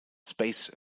space